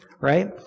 right